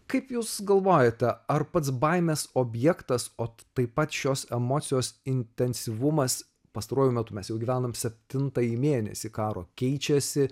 kaip jūs galvojate ar pats baimės objektas o taip pat šios emocijos intensyvumas pastaruoju metu mes jau gyvename septintąjį mėnesį karo keičiasi